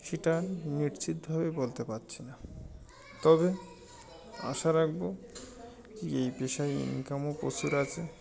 সেটা নিশ্চিতভাবে বলতে পারছি না তবে আশা রাখব যে এই পেশায় ইনকামও প্রচুর আছে